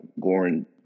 Goran